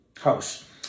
House